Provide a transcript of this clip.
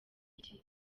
iki